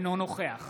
אינו נוכח